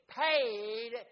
paid